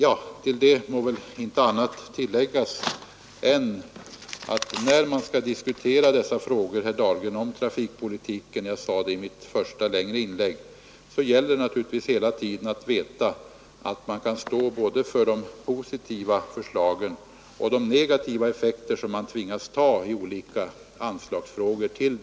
Härtill kan läggas, herr Dahlgren, att när man skall diskutera trafikpolitiken — jag sade det också i mitt första, längre inlägg — så gäller det hela tiden att veta att man både kan stå fast vid de positiva förslagen och ta de negativa effekterna i olika anslagsfrågor.